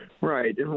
Right